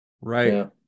Right